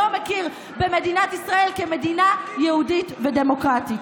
מכיר במדינת ישראל כמדינה מדינה יהודית ודמוקרטית.